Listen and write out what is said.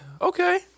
Okay